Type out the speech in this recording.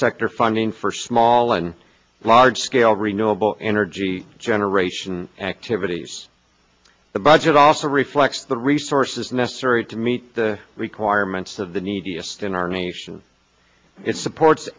sector funding for small and large scale renewable energy generation activities the budget also reflects the resources necessary to meet the requirements of the neediest in our nation it supports